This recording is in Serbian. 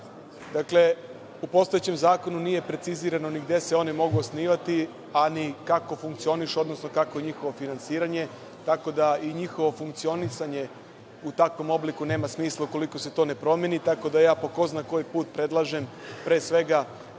Srbije.U postojećem Zakonu nije precizirano ni gde se oni mogu osnivati, a ni kako funkcionišu, odnosno kakvo je njihovo finansiranje, tako da i njihovo funkcionisanje u takvom obliku nema smisla ukoliko se to ne promeni, tako da ja po ko zna koji put predlažem izmenu